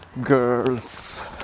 girls